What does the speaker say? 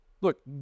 Look